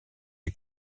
des